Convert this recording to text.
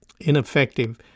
ineffective